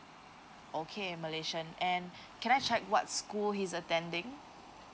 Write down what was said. okay malaysian and can I check what school he is attending